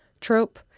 trope